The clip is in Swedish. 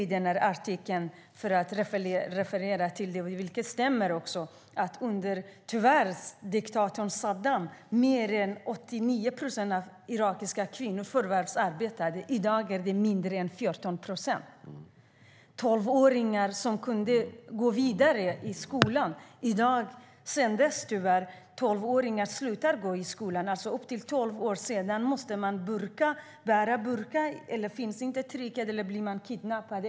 I artikeln refererar man till - vilket tyvärr också stämmer - att under diktator Saddam förvärvsarbetade mer än 89 procent av de irakiska kvinnorna och att det i dag är mindre än 14 procent. Tolvåringar kunde då gå vidare i skolan. I dag slutar tyvärr tolvåringar skolan. Upp till tolv års ålder får de gå i skolan. Sedan måste de bära burka. Det finns ingen trygghet, och man kan bli kidnappad.